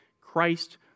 Christ